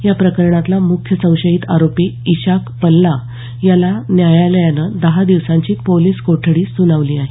या प्रकरणातला मुख्य संशयित आरोपी इशाक पल्ला याला न्यायालयानं दहा दिवसांची पोलिस कोठडी सुनावली आहे